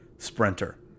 Sprinter